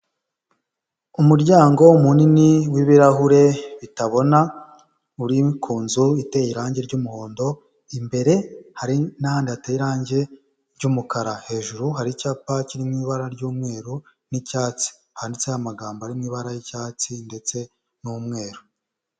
Umuryango munini w'ibirahure bitabona, uri ku nzu iteye irangi ry'umuhondo, imbere hari n'ahandi hateye irangi ry'umukara, hejuru hari icyapa kiri mu ibara ry'umweru n'icyatsi, handitseho amagambo ari mu ibara y'icyatsi ndetse n'umweru.